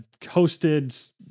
hosted